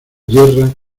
yerra